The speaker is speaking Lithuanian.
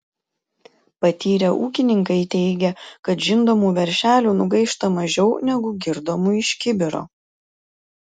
patyrę ūkininkai teigia kad žindomų veršelių nugaišta mažiau negu girdomų iš kibiro